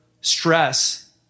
stress